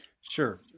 Sure